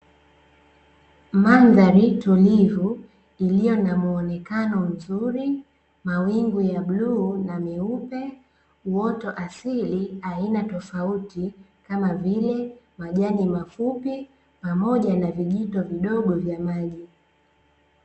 Mandhari tulivu iliyo na muonekano mzuri, mawingu ya bluu na meupe. Uoto asili aina tofauti kama vile majani mafupi, pamoja na vijito vidogo vya maji.